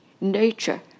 nature